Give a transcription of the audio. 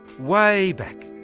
way back,